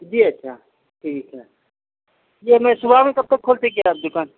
جی اچھا ٹھیک ہے یہ میں صُبح میں کب کب کھولتے گے آپ دُکان